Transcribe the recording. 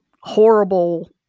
horrible